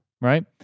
Right